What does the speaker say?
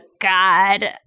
god